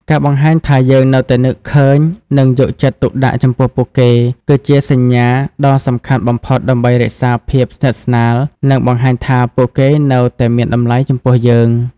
ការបង្ហាញថាយើងនៅតែនឹកឃើញ និងយកចិត្តទុកដាក់ចំពោះពួកគេ គឺជាសញ្ញាដ៏សំខាន់បំផុតដើម្បីរក្សាភាពស្និទ្ធស្នាល និងបង្ហាញថាពួកគេនៅតែមានតម្លៃចំពោះយើង។